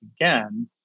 again